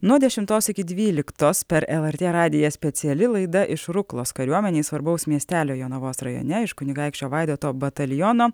nuo dešimtos iki dvyliktos per elartė radiją speciali laida iš ruklos kariuomenei svarbaus miestelio jonavos rajone iš kunigaikščio vaidoto bataliono